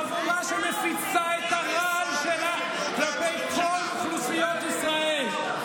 חבורה שמפיצה את הרעל שלה כלפי כל אוכלוסיות ישראל,